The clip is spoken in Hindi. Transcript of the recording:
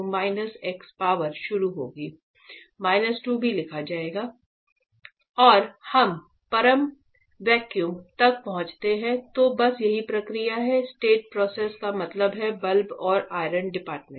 माइनस 2 भी लिखा जाएगा जब हम परम वैक्यूम तक पहुँचते हैं तो बस यही प्रक्रिया है स्टेट प्रोसेस का मतलब है बल्ब और आयरन डिपार्टमेंट